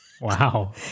Wow